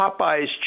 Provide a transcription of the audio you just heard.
Popeye's